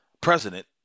president